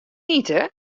ite